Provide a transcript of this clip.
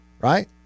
right